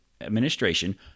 Administration